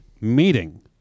meeting